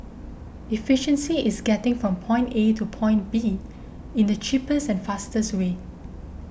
efficiency is getting from point A to point B in the cheapest and fastest way